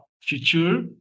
future